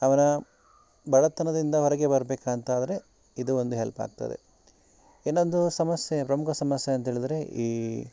ಅವನ ಬಡತನದಿಂದ ಹೊರಗೆ ಬರಬೇಕಂತಾದ್ರೆ ಇದು ಒಂದು ಹೆಲ್ಪಾಗ್ತದೆ ಇನ್ನೊಂದು ಸಮಸ್ಯೆ ಪ್ರಮುಖ ಸಮಸ್ಯೆ ಅಂಥೇಳಿದ್ರೆ ಈ